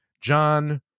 John